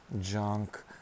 junk